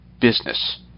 business